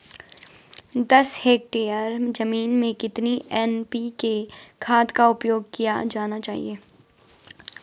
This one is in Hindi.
दस हेक्टेयर जमीन में कितनी एन.पी.के खाद का उपयोग किया जाना चाहिए?